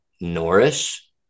Norris